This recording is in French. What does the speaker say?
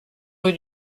rue